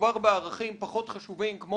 כשמדובר בערכים פחות חשובים כמו